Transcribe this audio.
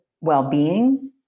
well-being